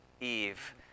Eve